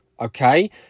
Okay